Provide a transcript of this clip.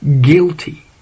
guilty